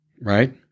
Right